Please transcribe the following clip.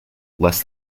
less